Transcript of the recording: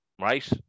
right